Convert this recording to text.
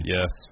Yes